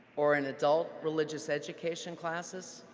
or in adult religious education classes.